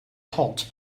hot